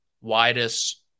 widest